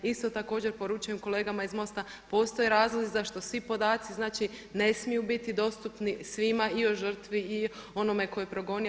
Isto tako poručujem kolegama iz Mosta, postoje razlozi zašto svi podaci znači ne smiju biti dostupni svima i o žrtvi i o onome tko je progonio.